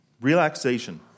Relaxation